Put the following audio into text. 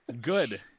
Good